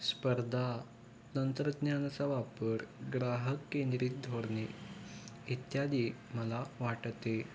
स्पर्धा तंत्रज्ञानाचा वापर ग्राहक केंद्रित धोरणे इत्यादी मला वाटते